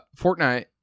Fortnite